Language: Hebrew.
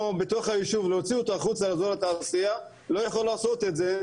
או בתוך היישוב להוציא אותו החוצה לאזור התעשייה לא יכול לעשות את זה,